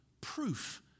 proof